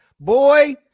boy